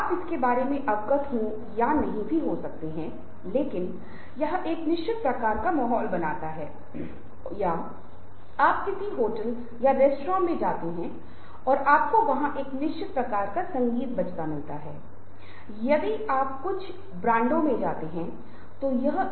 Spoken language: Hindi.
अब जैसा कि पहले बताया गया है कि हम क्या कर सकते हैं पहली बात यह पता लगाना है कि हम बोलने के कौशल में कितने अच्छे हैं इसलिए यह प्रश्नोत्तरी है और मैं आपको लिंक प्रदान कर रहा हूं और मैं आपसे उम्मीद करता हूं कि आप वहां जाएं और इसे अपने ऊपर परखें